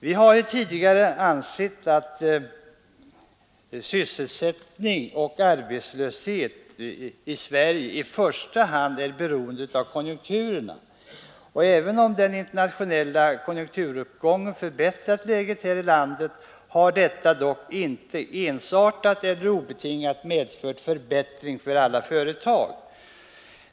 Vi har tidigare ansett att sysselsättning och arbetslöshet i Sverige i första hand är beroende av konjunkturerna. Även om den internationella konjunkturuppgången förbättrat läget här i landet har detta dock inte obetingat medfört förbättring för alla företag.